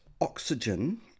oxygen